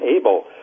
able